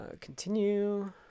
Continue